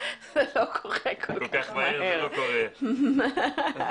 והדבר האחרון שאנו רוצים הוא למנוע סרבול ומניעת הקמת המתקנים האלה.